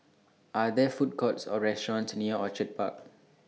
Are There Food Courts Or restaurants near Orchid Park